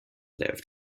lived